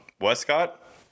Westcott